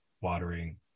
watering